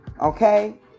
okay